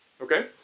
Okay